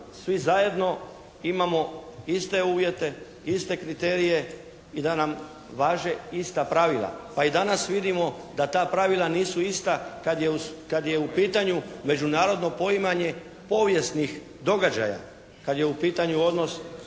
svi zajedno imamo iste uvjete, iste kriterije i da nam važe ista pravila. Pa i danas vidimo da ta pravila nisu ista kad je u pitanju međunarodno poimanje povijesnih događaja. Kad je u pitanju odnos